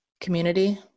community